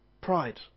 Pride